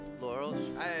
laurels